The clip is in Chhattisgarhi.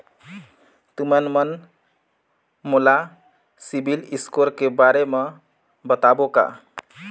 तुमन मन मोला सीबिल स्कोर के बारे म बताबो का?